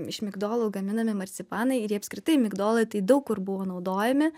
iš migdolų gaminami marcipanai ir jie apskritai migdolai tai daug kur buvo naudojami